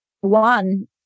one